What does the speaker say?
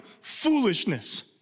foolishness